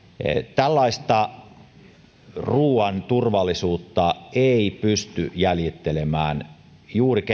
tällaista ruuan turvallisuutta eivät pysty jäljittelemään juuri